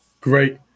Great